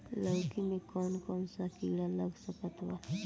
लौकी मे कौन कौन सा कीड़ा लग सकता बा?